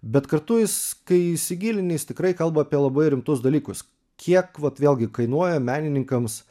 bet kartu jis kai įsigilini jis tikrai kalba apie labai rimtus dalykus kiek vat vėlgi kainuoja menininkams